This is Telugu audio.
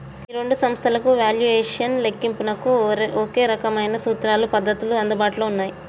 ఈ రెండు సంస్థలకు వాల్యుయేషన్ లెక్కింపునకు ఒకే రకమైన సూత్రాలు పద్ధతులు అందుబాటులో ఉన్నాయి